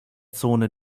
zone